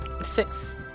six